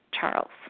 Charles